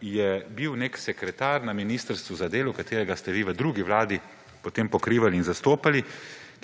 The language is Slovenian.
je bil nek sekretar na ministrstvu za delo, ki ste ga vi v drugi vladi potem pokrivali in zastopali,